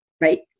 right